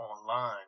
online